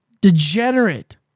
degenerate